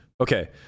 Okay